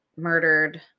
murdered